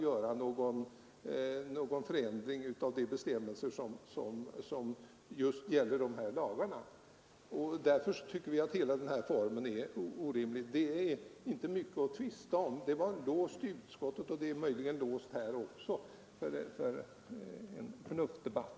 Här antar vi en undantagslag som skall bedömas efter sin verkan som sådan. Någon skall inte höja dess auktoritet på det sätt som utskottet föreslår. Därför tycker vi att hela den här formen är orimlig. Det är inte mycket att tvista om, det var låst i utskottet och det är möjligen låst här också för en förnuftsdebatt.